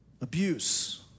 abuse